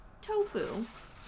tofu